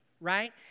right